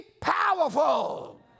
powerful